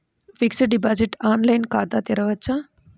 Fixed deposit online ఖాతా తెరువవచ్చా?